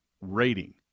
rating